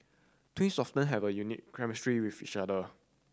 twins often have a unique chemistry with each other